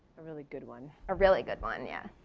a really good one. a really good one, yeah.